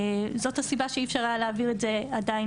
זאת הסיבה שאי אפשר היה להעביר את זה עדיין